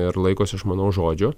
ir laikosi žmonos žodžio